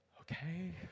Okay